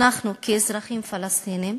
אנחנו, כאזרחים פלסטינים,